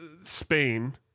Spain